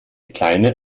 kleine